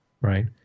right